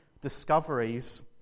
discoveries